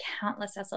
countless